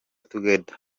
together